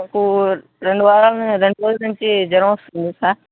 మాకు రెండు వారాలు రెండు రోజుల నుండి జ్వరం వస్తుంది సార్